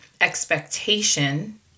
expectation